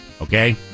Okay